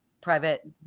private